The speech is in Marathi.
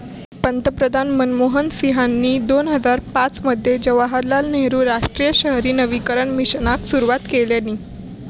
पंतप्रधान मनमोहन सिंहानी दोन हजार पाच मध्ये जवाहरलाल नेहरु राष्ट्रीय शहरी नवीकरण मिशनाक सुरवात केल्यानी